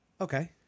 Okay